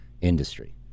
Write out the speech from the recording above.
industry